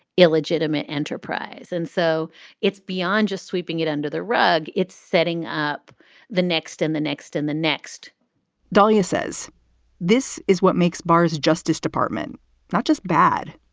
illegitimate enterprise. and so it's beyond just sweeping it under the rug. it's setting up the next and the next and the next dolia says this is what makes barres justice department not just bad,